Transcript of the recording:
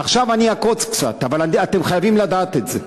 עכשיו אני אעקוץ קצת, אבל אתם חייבים לדעת את זה.